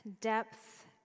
depth